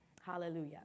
hallelujah